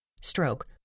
stroke